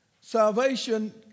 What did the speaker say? Salvation